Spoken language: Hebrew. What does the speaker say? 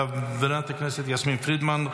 חברת הכנסת יסמין פרידמן,